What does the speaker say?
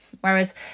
Whereas